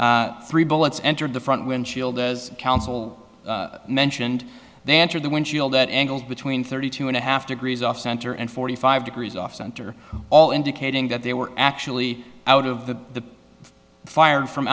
three bullets entered the front windshield as counsel mentioned they entered the windshield that angle between thirty two and a half degrees off center and forty five degrees off center all indicating that they were actually out of the fire and from